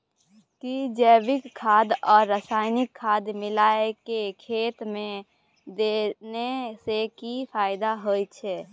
कि जैविक खाद आ रसायनिक खाद मिलाके खेत मे देने से किछ फायदा होय छै?